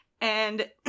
And-